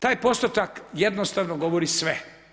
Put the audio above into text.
Taj postotak jednostavno govori sve.